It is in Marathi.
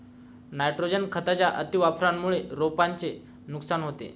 नायट्रोजन खताच्या अतिवापरामुळे रोपांचे नुकसान होते